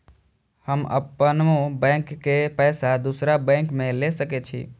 हम अपनों बैंक के पैसा दुसरा बैंक में ले सके छी?